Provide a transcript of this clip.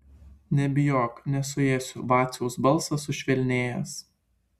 nebijok nesuėsiu vaciaus balsas sušvelnėjęs